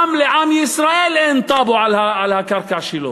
גם לעם ישראל אין טאבו על הקרקע שלו,